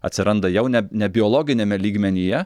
atsiranda jau ne ne biologiniame lygmenyje